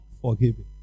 forgiven